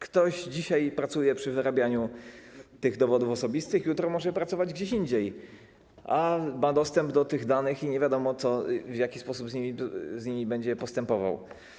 Ktoś dzisiaj pracuje przy wyrabianiu tych dowodów osobistych, jutro może pracować gdzieś indziej, a ma dostęp do tych danych i nie wiadomo, w jaki sposób będzie z nimi postępował.